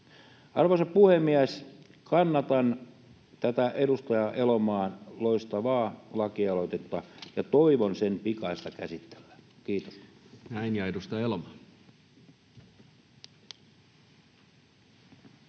Arvoisa puhemies! Kannatan tätä edustaja Elomaan loistavaa lakialoitetta ja toivon sen pikaista käsittelyä. — Kiitos. [Speech